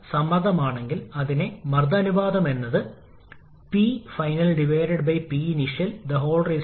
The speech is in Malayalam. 08 അവിടെ നിന്ന് നമുക്ക് ലഭിക്കും P3 1